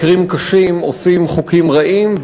מקרים קשים עושים חוקים רעים,